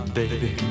baby